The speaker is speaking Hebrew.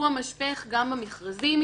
הוא המשפך גם במכרזים.